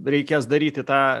reikės daryt į tą